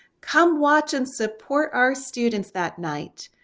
come watch and support our students that night.